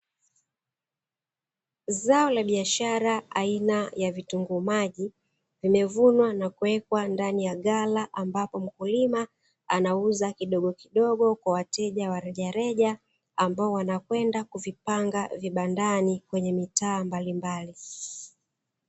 Zao la biashara aina ya vitunguu maji, vimevunwa na kuwekwa ndani ya ghala. Ambapo mkulima anauza kidogokidogo kwa wateja wa rejareja, ambao wanakwenda vibandani kwenye mitaa mbalimbali.